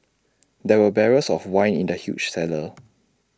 there were barrels of wine in the huge cellar